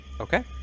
Okay